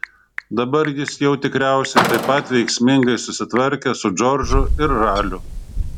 dabar jis jau tikriausiai taip pat veiksmingai susitvarkė su džordžu ir raliu